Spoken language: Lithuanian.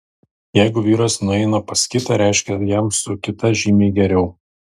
jeigu vyras nueina pas kitą reiškia jam su kita žymiai geriau